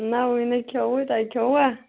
نہَ وُِنہِ نےَ کھٮ۪ووُے تۄہہِ کھٮ۪ووا